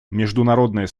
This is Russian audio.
международное